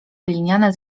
gliniane